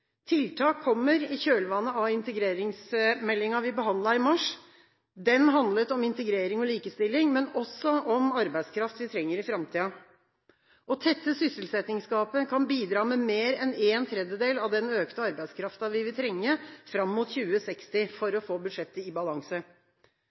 Tiltak kommer i kjølvannet av integreringsmeldingen vi behandlet i mars. Den handlet om integrering og likestilling, men også om arbeidskraft vi trenger i framtiden. Å tette sysselsettingsgapet kan bidra med mer enn en tredjedel av den økte arbeidskraften vi vil trenge fram mot 2060 for